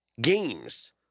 games